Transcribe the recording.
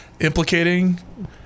implicating